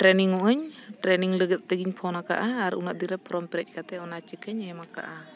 training ᱚᱜᱟᱹᱧ training ᱞᱟᱹᱜᱤᱫ ᱛᱮᱜᱮᱧ ᱯᱷᱳᱱ ᱟᱠᱟᱫᱼᱟ ᱟᱨ ᱩᱱᱟᱹᱜ ᱫᱤᱱ ᱯᱷᱨᱚᱢ ᱯᱷᱮᱨᱮᱡ ᱠᱟᱛᱮᱫ ᱚᱱᱟ ᱪᱤᱠᱟᱹᱧ ᱮᱢ ᱟᱠᱟᱜᱼᱟ